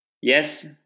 Yes